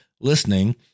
listening